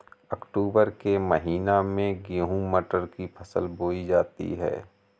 अक्टूबर के महीना में गेहूँ मटर की फसल बोई जाती है